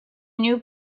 new